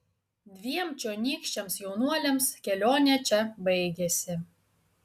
dviem čionykščiams jaunuoliams kelionė čia baigėsi